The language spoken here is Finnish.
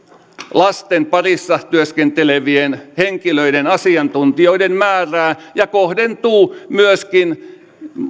lasten parissa työskentelevien henkilöiden asiantuntijoiden määrää ja kohdentuu myöskin